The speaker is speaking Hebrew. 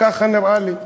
ככה נראה לי.